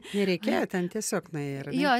nereikėjo ten tiesiog nuėjai ar ne